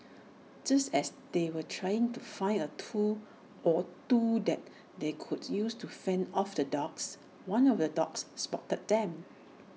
just as they were trying to find A tool or two that they could use to fend off the dogs one of the dogs spotted them